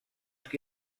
qui